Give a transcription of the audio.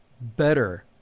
better